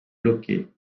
bloqué